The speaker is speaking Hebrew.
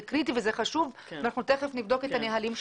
זה קריטי וזה חשוב ואנחנו תכף נבדוק את הנוהלים שלהם.